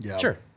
Sure